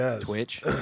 Twitch